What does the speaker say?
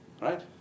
Right